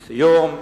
לסיום,